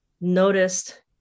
noticed